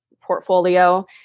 portfolio